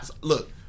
Look